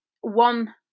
one